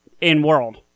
in-world